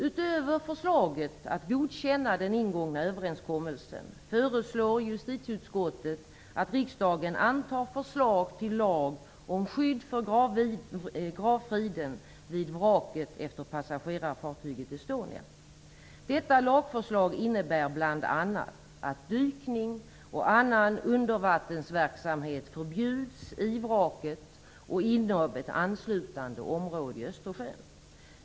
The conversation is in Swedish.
Utöver förslaget att godkänna den ingångna överenskommelsen föreslår justitieutskottet att riksdagen antar förslag till lag om skydd för gravfriden vid vraket efter passagerarfartyget Estonia. Detta lagförslag innebär bl.a. att dykning och annan undervattensverksamhet förbjuds i vraket och inom ett anslutande område i Östersjön.